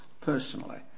personally